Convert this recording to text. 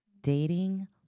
Dating